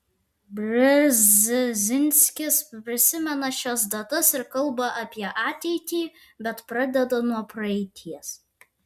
brzezinskis prisimena šias datas ir kalba apie ateitį bet pradeda nuo praeities